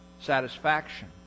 satisfaction